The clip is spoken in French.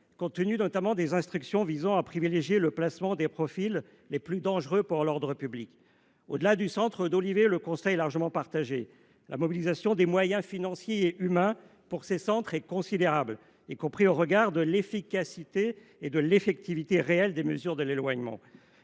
compte tenu des instructions visant à privilégier le placement des profils les plus dangereux pour l’ordre public. Au delà du centre d’Olivet, le constat est largement partagé : la mobilisation des moyens financiers et humains pour ces centres est considérable, y compris au regard de l’effectivité réelle des mesures d’éloignement.